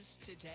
today